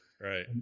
right